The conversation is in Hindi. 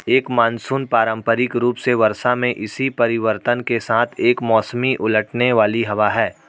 एक मानसून पारंपरिक रूप से वर्षा में इसी परिवर्तन के साथ एक मौसमी उलटने वाली हवा है